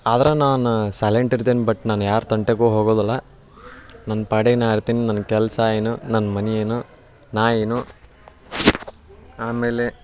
ಆದ್ರೆ ನಾನು ಸೈಲೆಂಟ್ ಇರ್ತೀನಿ ಬಟ್ ನಾನು ಯಾರ ತಂಟೆಗೂ ಹೋಗೋದಿಲ್ಲ ನನ್ನ ಪಾಡಿಗ್ ನಾನು ಇರ್ತೀನಿ ನನ್ನ ಕೆಲಸ ಏನು ನನ್ನ ಮನೆ ಏನು ನಾನು ಏನು ಆಮೇಲೆ